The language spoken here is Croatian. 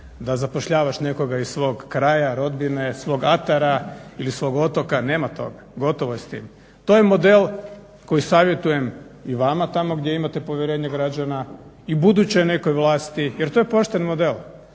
da zapošljavaš nekoga iz svoga kraja, rodbine, svog atara ili svog otoka, nema toga, gotovo je s tim. To je model koji savjetujem i vama tamo gdje imate povjerenje građana i buduće nekoj vlasti jer to je pošten model.